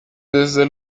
desde